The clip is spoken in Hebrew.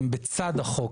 הם בצד החוק.